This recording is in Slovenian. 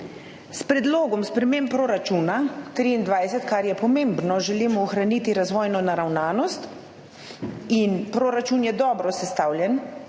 S predlogom sprememb proračuna 2023, kar je pomembno, želimo ohraniti razvojno naravnanost. Proračun je dobro sestavljen.